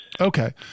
Okay